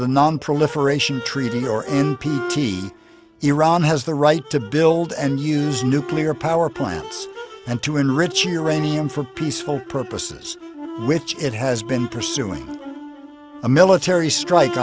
the nonproliferation treaty or n p t iran has the right to build and use nuclear power plants and to enrich uranium for peaceful purposes which it has been pursuing a military strike